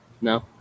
No